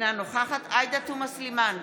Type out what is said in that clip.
אינה נוכחת עאידה תומא סלימאן,